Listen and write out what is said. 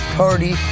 party